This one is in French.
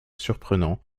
surprenant